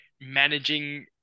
managing